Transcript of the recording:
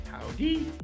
Howdy